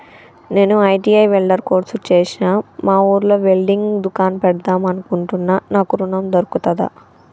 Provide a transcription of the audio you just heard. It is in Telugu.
నేను ఐ.టి.ఐ వెల్డర్ కోర్సు చేశ్న మా ఊర్లో వెల్డింగ్ దుకాన్ పెడదాం అనుకుంటున్నా నాకు ఋణం దొర్కుతదా?